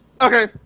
Okay